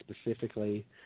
specifically